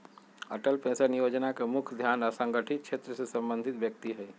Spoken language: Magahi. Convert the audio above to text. अटल पेंशन जोजना के मुख्य ध्यान असंगठित क्षेत्र से संबंधित व्यक्ति हइ